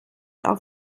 auf